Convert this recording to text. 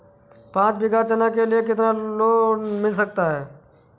पाँच बीघा चना के लिए कितना लोन मिल सकता है?